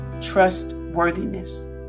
trustworthiness